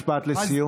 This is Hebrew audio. משפט לסיום.